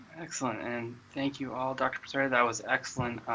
excellent, and thank you, all. dr. passeri, that was excellent.